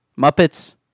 Muppets